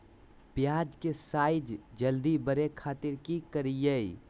प्याज के साइज जल्दी बड़े खातिर की करियय?